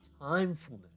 timefulness